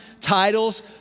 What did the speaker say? titles